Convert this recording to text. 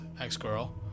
ex-girl